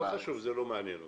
לא חשוב, זה לא מעניין אותי.